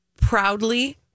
proudly